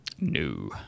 No